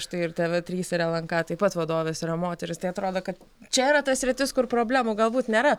štai ir tv trys ir lnk taip pat vadovės yra moterys tai atrodo kad čia yra ta sritis kur problemų galbūt nėra